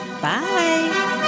Bye